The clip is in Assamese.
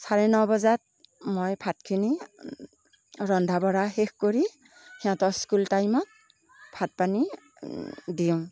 চাৰে ন বজাত মই ভাতখিনি ৰন্ধা বঢ়া শেষ কৰি সিহঁতৰ স্কুল টাইমত ভাত পানী দিওঁ